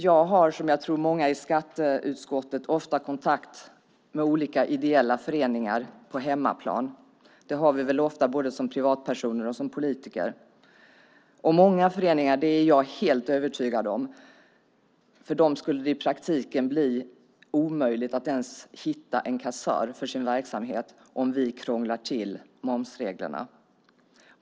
Jag har som jag tror många i skatteutskottet ofta kontakt med olika ideella föreningar på hemmaplan. Det har vi väl ofta både som privatpersoner och som politiker. Jag är helt övertygad om att för många föreningar skulle det i praktiken bli omöjligt att ens hitta en kassör för sin verksamhet om vi krånglar till momsreglerna.